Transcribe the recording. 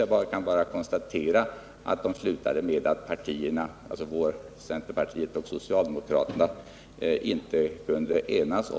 Jag kan bara konstatera att de slutade med att centerpartiet och socialdemokraterna inte kunde enas.